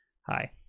Hi